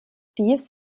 dies